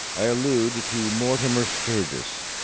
i allude to mortimer sturgis.